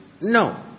No